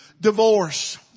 divorce